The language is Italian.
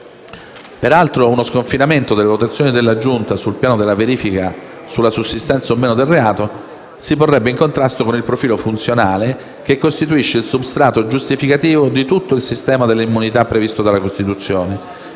Peraltro, uno sconfinamento delle valutazioni della Giunta sul piano della verifica sulla sussistenza o no del reato si porrebbe in contrasto con il profilo funzionale che costituisce il substrato giustificativo di tutto il sistema delle immunità previsto dalla Costituzione;